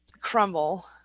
crumble